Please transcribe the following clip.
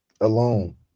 Alone